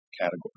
category